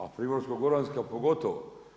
A Primorsko-goranska pogotovo.